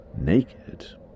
naked